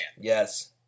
Yes